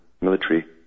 military